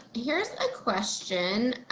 here's a question.